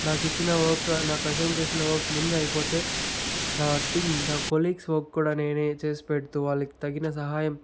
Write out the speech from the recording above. నాకు ఇచ్చిన వర్క్ నాకు అసైన్ చేసిన వర్క్ ముందు అయిపోతే నా టీమ్ నా కొలీగ్స్ వర్క్ కూడా నేనే చేసి పెడుతు వాళ్ళకి తగిన సహాయం